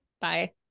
Bye